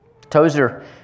Tozer